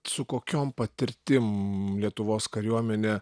su kokiom patirtim lietuvos kariuomenė